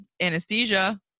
anesthesia